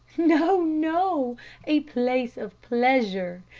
no, no a place of pleasure.